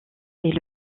est